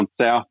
south